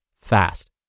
fast